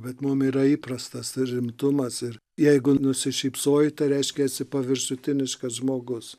bet mum yra įprastas ir rimtumas ir jeigu nusišypsojai tai reiškia esi paviršutiniškas žmogus